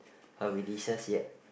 her releases yet